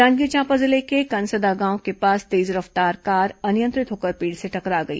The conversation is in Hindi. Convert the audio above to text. जांजगीर चांपा जिले के कनस्दा गांव के पास तेज रफ्तार कार अनियंत्रित होकर पेड़ से टकरा गई